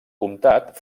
comtat